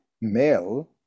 male